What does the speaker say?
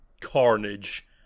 carnage